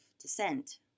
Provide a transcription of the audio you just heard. descent